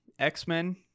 x-men